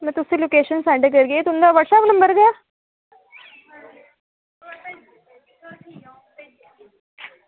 में तुसेंगी location send करगी एह् तुंदा व्हाट्सएप नंबर गै